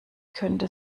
könnte